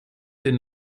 den